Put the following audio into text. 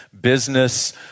business